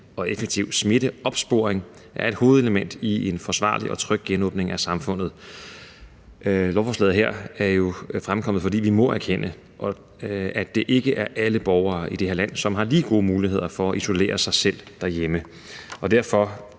og effektiv smitteopsporing et hovedelement i en forsvarlig og tryg genåbning af samfundet. Lovforslaget her er jo fremkommet, fordi vi må erkende, at det ikke er alle borgere i det her land, som har lige gode muligheder for at isolere sig selv derhjemme. Og derfor